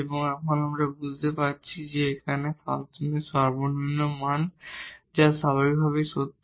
এবং আমরা এখন বুঝতে পারছি যে এখানে ফাংশনের মিনিমা মান আছে যা স্বাভাবিকভাবেই সত্য